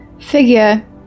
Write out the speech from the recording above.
Figure